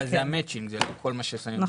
אבל זה המצ'ינג, זה לא כל מה ששמים בעיר.